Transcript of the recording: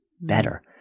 better